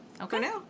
Okay